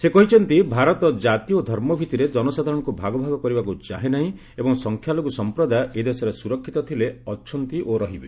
ସେ କହିଛନ୍ତି ଭାରତ କାତି ଓ ଧର୍ମ ଭିଭିରେ ଜନସାଧାରଣଙ୍କୁ ଭାଗ ଭାଗ କରିବାକୁ ଚାହେଁ ନାହିଁ ଏବଂ ସଂଖ୍ୟାଲଘୁ ସଂପ୍ରଦାୟ ଏ ଦେଶରେ ସୁରକ୍ଷିତ ଥିଲେ ଅଛନ୍ତି ଓ ରହିବେ